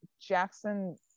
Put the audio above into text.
jackson